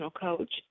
coach